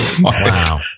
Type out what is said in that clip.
Wow